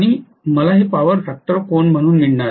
आणि मला हे पॉवर फॅक्टर कोन म्हणून मिळणार आहे